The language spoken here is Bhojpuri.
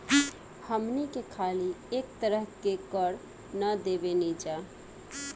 हमनी के खाली एक तरह के कर ना देबेनिजा